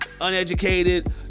uneducated